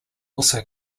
also